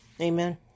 Amen